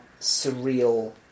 surreal